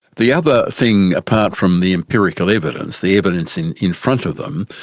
the other thing, apart from the empirical evidence, the evidence in in front of them,